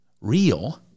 real